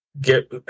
Get